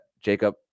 Jacob